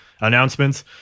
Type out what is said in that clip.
announcements